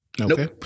Okay